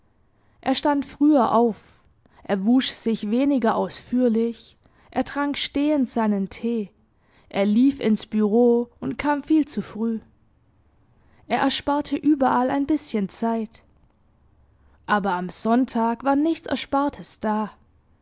er stand früher auf er wusch sich weniger ausführlich er trank stehend seinen tee er lief ins bureau und kam viel zu früh er ersparte überall ein bißchen zeit aber am sonntag war nichts erspartes da